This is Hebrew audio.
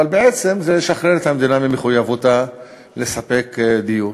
אבל בעצם זה ישחרר את המדינה ממחויבותה לספק דיור